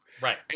Right